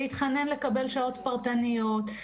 להתחנן לקבל שעות פרטניות,